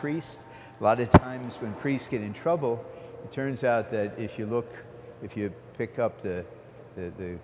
priest a lot of times when priest get in trouble it turns out that if you look if you pick up the